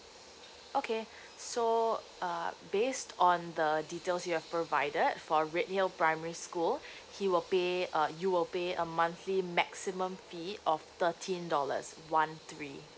okay so uh based on the details you have provided for redhill primary school he will pay uh you will pay a monthly maximum fee of thirteen dollars one three